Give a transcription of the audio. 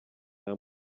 nta